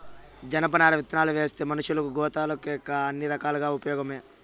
జనపనార విత్తనాలువేస్తే మనషులకు, గోతాలకేకాక అన్ని రకాలుగా ఉపయోగమే